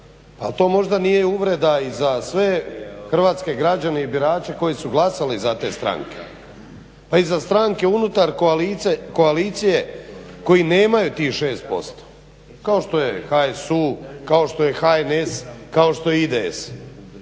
to možda nije uvreda i za sve hrvatske građane i birače koji su glasali za te stranke pa i za stranke unutar koalicije koji nemaju tih 6%? Kao što je HSU, kao što je HNS, kao što je IDS.